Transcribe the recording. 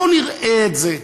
בואו נראה את זה,